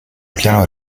piano